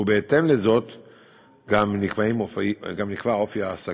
ובהתאם לזה גם נקבע אופי ההעסקה.